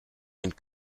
and